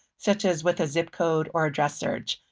such as with a zip code or address search.